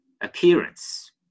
appearance